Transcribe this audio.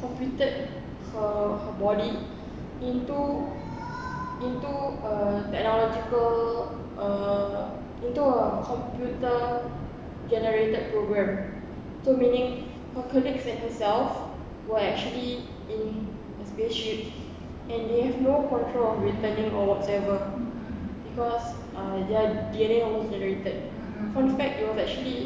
computed her body into into a technological uh into a computer-generated programme so meaning her colleagues and herself were actually in a spaceship and they have no control of returning or whatsoever because their D_N_A was generated fun fact it was actually